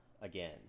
again